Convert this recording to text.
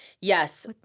Yes